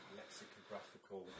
lexicographical